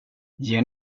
ger